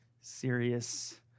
serious